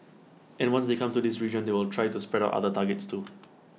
and once they come to this region they will try to spread out other targets too